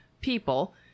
people